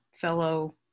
fellow